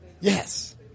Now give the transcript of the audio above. Yes